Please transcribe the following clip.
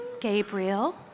Gabriel